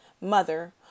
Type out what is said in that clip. mother